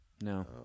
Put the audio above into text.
no